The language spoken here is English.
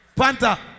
Panta